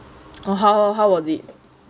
oh how how was it